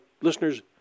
listeners